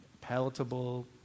palatable